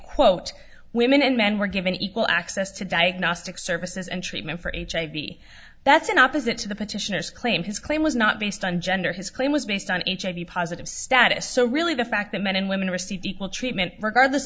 quote women and men were given equal access to diagnostic services and treatment for hiv that's an opposite to the petitioners claim his claim was not based on gender his claim was based on hiv positive status so really the fact that men and women receive equal treatment regardless